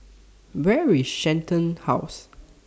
Where IS Shenton House